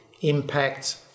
impact